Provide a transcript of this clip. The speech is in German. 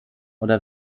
oder